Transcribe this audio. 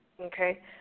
Okay